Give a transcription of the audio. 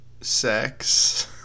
sex